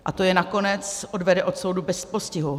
A to je nakonec odvede od soudu bez postihu.